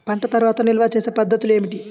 పంట తర్వాత నిల్వ చేసే పద్ధతులు ఏమిటి?